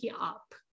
up